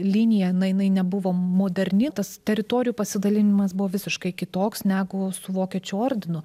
linija na jinai nebuvo moderni tas teritorijų pasidalinimas buvo visiškai kitoks negu su vokiečių ordinu